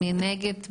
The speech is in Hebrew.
מי נגד?